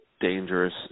dangerous